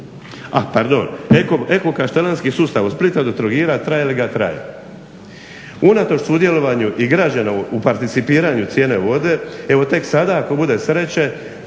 a pardon, eko kaštelanski sustav od Splita traje li ga traje. Unatoč sudjelovanju i građana u participiranju cijene vode evo tek sada ako bude sreće